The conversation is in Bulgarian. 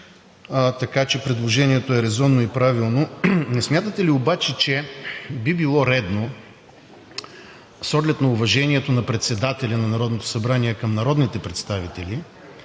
така че предложението е резонно и правилно. Не смятате ли обаче, че би било редно с оглед на уважението на председателя на Народното събрание към народните представители,